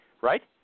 right